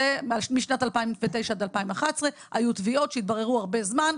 זה משנת 2009 עד 2011. היו תביעות שהתבררו הרבה זמן.